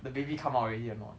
the baby come out already or not